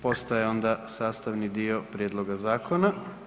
Postaje onda sastavni dio prijedloga zakona.